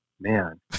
man